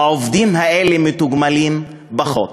העובדים האלה מתוגמלים פחות.